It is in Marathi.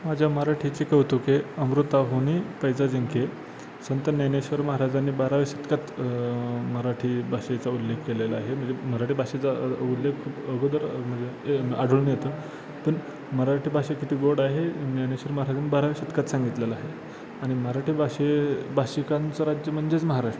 माझ्या मराठीचि कौतुके अमृताहूनी पैजा जिंके संत ज्ञानेश्वर महाराजांनी बाराव्या शतकात मराठी भाषेचा उल्लेख केलेला आहे म्हणजे मराठी भाषेचा अ उल्लेख खूप अगोदर म्हणजे आढळून येतो पण मराठी भाषा किती गोड आहे ज्ञानेश्वर महाराजांनी बाराव्या शतकात सांगितलेलं आहे आणि मराठी भाषे भाषिकांचं राज्य म्हणजेच महाराष्ट्र